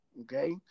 okay